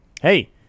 Hey